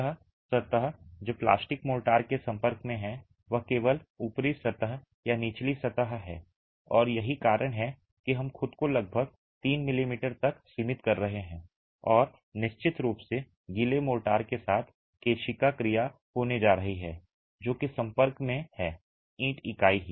वह सतह जो प्लास्टिक मोर्टार के संपर्क में है वह केवल ऊपरी सतह या निचली सतह है और यही कारण है कि हम खुद को लगभग 3 मिमी तक सीमित कर रहे हैं और निश्चित रूप से गीले मोर्टार के साथ केशिका क्रिया होने जा रही है जो कि संपर्क में है ईंट इकाई ही